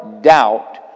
doubt